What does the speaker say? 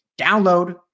Download